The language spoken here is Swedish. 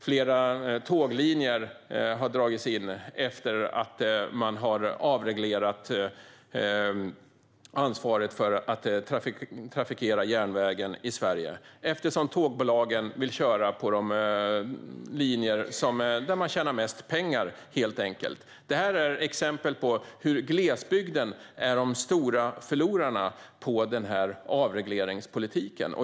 Flera tåglinjer har dragits in efter det att man har avreglerat ansvaret för att trafikera järnvägen i Sverige. Tågbolagen vill helt enkelt köra på de linjer där de tjänar mest pengar. Det här är exempel på att glesbygden är den stora förloraren på avregleringspolitiken.